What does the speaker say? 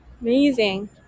Amazing